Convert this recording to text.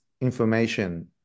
information